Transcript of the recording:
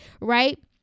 right